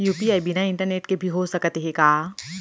UPI बिना internet के भी हो सकत हे का?